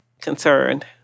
concerned